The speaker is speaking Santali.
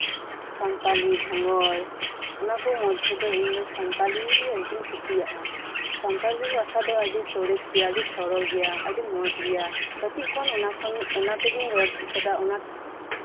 ᱥᱟᱱᱛᱟᱞᱤ ᱫᱷᱟᱸᱜᱚᱲ ᱚᱱᱟ ᱠᱩ ᱢᱚᱫᱽᱫᱷᱮ ᱨᱮ ᱤᱧ ᱫᱚ ᱥᱟᱱᱛᱟᱞᱤ ᱜᱮ ᱟᱹᱰᱤ ᱟᱸᱴᱤᱧ ᱠᱩᱥᱤᱭᱟᱜᱼᱟ ᱥᱟᱱᱛᱟᱞᱤ ᱨᱟᱥᱟ ᱫᱚ ᱟᱹᱰᱤ ᱥᱚᱨᱮᱥ ᱜᱮᱭᱟ ᱟᱹᱰᱤ ᱥᱚᱨᱚᱞ ᱜᱮᱭᱟ ᱟᱹᱰᱤ ᱢᱚᱸᱡ ᱜᱮᱭᱟ ᱠᱟᱹᱴᱤᱡ ᱠᱷᱚᱱ ᱚᱱᱟᱛᱤᱜᱤᱧ ᱨᱚᱲ ᱪᱮᱫ ᱠᱟᱫᱟ ᱚᱱᱟ